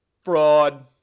Fraud